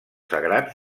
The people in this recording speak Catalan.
sagrats